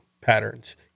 patterns